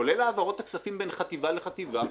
כולל העברות הכספים בין חטיבה לחטיבה,